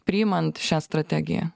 priimant šią strategiją